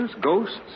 ghosts